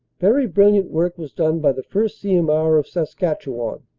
very brilliant work was done by the first. c. m. r, of saskatchewan,